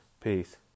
Peace